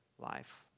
life